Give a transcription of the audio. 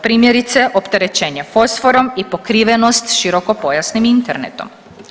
Primjerice opterećenje fosforom i pokrivenost široko pojasnim internetom.